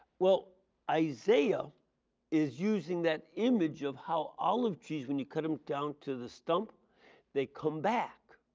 well isaiah is using that image of how olive trees when you cut them down to the stop they come back.